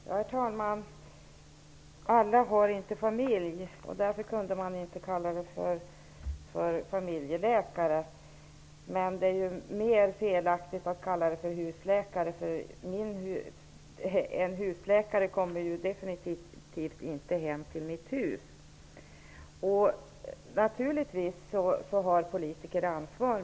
Herr talman! Bo Könberg sade att alla inte har familj, och att man därför inte kunde använda namnet familjeläkare. Men det är mer felaktigt att använda namnet husläkare, för min husläkare kommer ju definitivt inte hem till mitt hus. Naturligtvis har politiker ansvar.